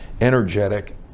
energetic